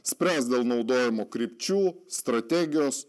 spręs dėl naudojimo krypčių strategijos